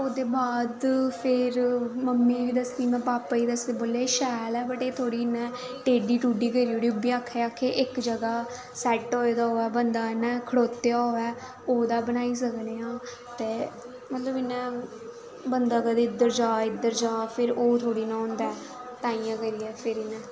ओह्दे बाद फिर मम्मी गी बी दस्सी में पापा दस्सी बोला दे शैल ऐ बट एह् थोह्ड़ी इ'यां टेढ़ी टुढ़ी करी ओड़ी ओह् आखा आखा दे इक जगह् सैट होए दा होयै बंदा इ'यां खड़ोते दा होऐ ओह्दा बनाई सकनें आं ते मतलब इ'यां बंदा कदें इद्धर जा इक जगह् फिर ओह् थोह्ड़ी ना होंदा ऐ ताइंयै